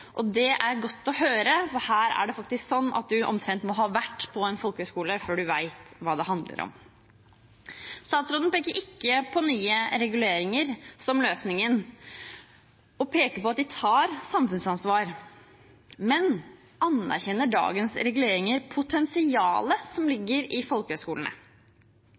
godt å høre, for her er det faktisk sånn at man omtrent må ha vært på en folkehøgskole før man vet hva det handler om. Statsråden peker ikke på nye reguleringer som løsningen. Han peker på at de tar samfunnsansvar. Men anerkjenner dagens reguleringer potensialet som ligger i folkehøgskolene?